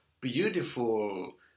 beautiful